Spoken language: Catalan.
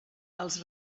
els